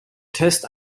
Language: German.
test